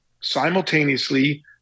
simultaneously